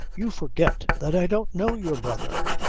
you forget that i don't know your brother.